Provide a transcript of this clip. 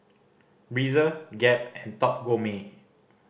Breezer Gap and Top Gourmet